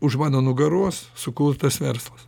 už mano nugaros sukurtas verslas